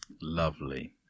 Lovely